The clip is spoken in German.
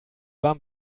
warm